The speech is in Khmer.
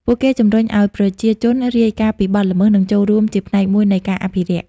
ពួកគេជំរុញឲ្យប្រជាជនរាយការណ៍ពីបទល្មើស និងចូលរួមជាផ្នែកមួយនៃការអភិរក្ស។